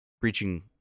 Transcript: preaching